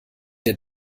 der